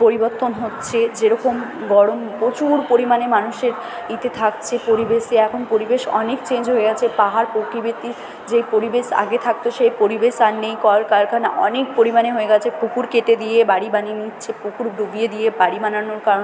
পরিবর্তন হচ্ছে যে রকম গরম প্রচুর পরিমাণে মানুষের ইতে থাকছে পরিবেশে এখন পরিবেশ অনেক চেঞ্জ হয়ে গেছে পাহাড় প্রকৃতি যে পরিবেশ আগে থাকতো সেই পরিবেশ আর নেই কলকারখানা অনেক পরিমাণে হয়ে গেছে পুকুর কেটে দিয়ে বাড়ি বানিয়ে নিচ্ছে পুকুর ডুবিয়ে দিয়ে বাড়ি বানানোর কারণে